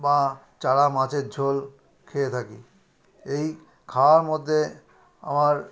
বা চারা মাছের ঝোল খেয়ে থাকি এই খাওয়ার মধ্যে আমার